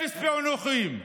אפס פענוחים,